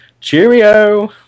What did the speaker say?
Cheerio